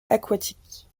aquatique